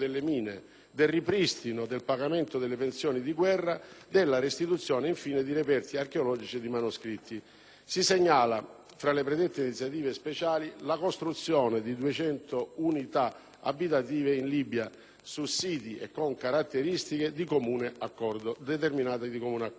del ripristino del pagamento delle pensioni di guerra; della restituzione di reperti archeologici e di manoscritti. Si segnala, tra le predette iniziative speciali, la costruzione di 200 unità abitative in Libia, su siti e con caratteristiche da determinare di comune accordo.